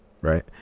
right